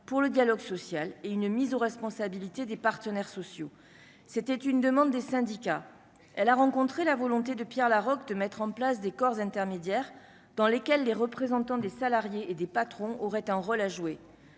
pour le dialogue social et une mise aux responsabilités des partenaires sociaux, c'était une demande des syndicats, elle a rencontré la volonté de Pierre Laroque, de mettre en place des corps intermédiaires dans lesquelles les représentants des salariés et des patrons auraient un rôle à jouer,